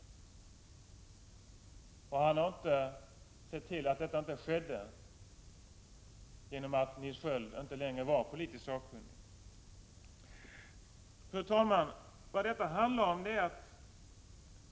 Roine Carlsson har inte sett till att detta inte skedde genom att Nils Sköld inte längre betraktades som politiskt sakkunnig. Fru talman!